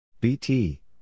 BT